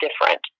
different